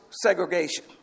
segregation